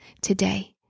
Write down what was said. today